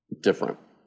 different